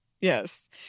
Yes